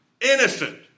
innocent